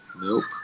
Nope